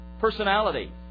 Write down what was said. personality